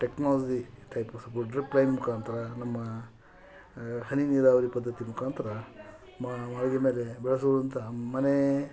technology type ಸ್ವಲ್ಪ drip line ಮುಖಾಂತ್ರ ನಮ್ಮ ಹನಿ ನೀರಾವರಿ ಪದ್ದತಿ ಮುಖಾಂತರ ಮಾಳಿಗೆ ಮೇಲೆ ಬೆಳ್ಸೋವಂಥ ಮನೆ